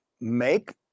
make